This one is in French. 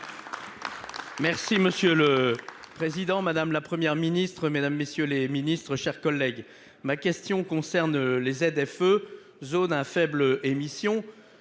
Merci monsieur le président, madame, la Première ministre, mesdames, messieurs les Ministres, chers collègues, ma question concerne les ZFE zones à faibles émissions